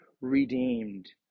redeemed